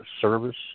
service